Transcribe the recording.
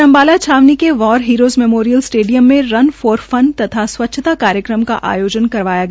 उधर अम्बाला छवानी के war heroes memorial stadium में रन फॉर फन तथा स्वच्छता कार्यक्रम का आयोजन करवाया गया